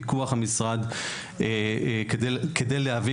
בפיקוח המשרד כדי להביא,